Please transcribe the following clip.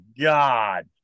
god